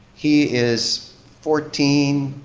he is fourteen,